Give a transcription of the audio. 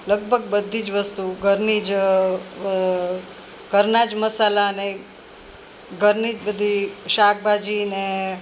લગભગ બધી જ વસ્તુ ઘરની જ ઘરના જ મસાલાને ઘરની જ બધી શાકભાજીને